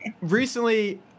recently